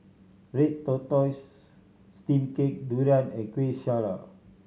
red tortoise steamed cake durian and Kueh Syara